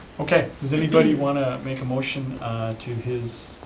okay, does anybody want to make a motion to his